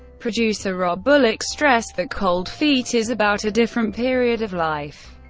producer rob bullock stressed that cold feet is about a different period of life.